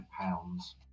pounds